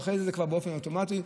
ואחרי זה בצורה אוטומטית.